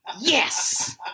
Yes